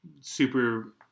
super